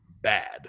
bad